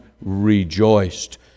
rejoiced